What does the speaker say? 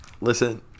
Listen